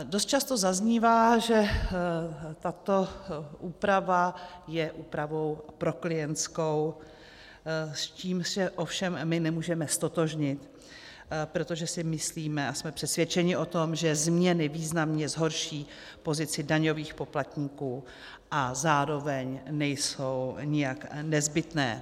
Dost často zaznívá, že tato úprava je úpravou proklientskou, s čímž se ovšem my nemůžeme ztotožnit, protože si myslíme a jsme přesvědčeni o tom, že změny významně zhorší pozici daňových poplatníků a zároveň nejsou nijak nezbytné.